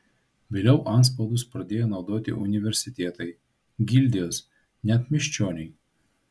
vėliau antspaudus pradėjo naudoti universitetai gildijos net miesčioniai